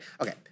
Okay